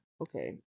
okay